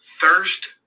thirst